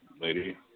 lady